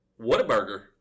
Whataburger